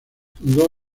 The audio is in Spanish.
fundó